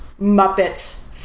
Muppet